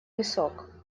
висок